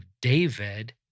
David